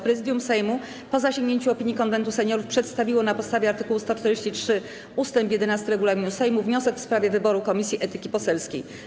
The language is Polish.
Prezydium Sejmu, po zasięgnięciu opinii Konwentu Seniorów, przedstawiło na podstawie art. 143 ust. 11 regulaminu Sejmu wniosek w sprawie wyboru Komisji Etyki Poselskiej.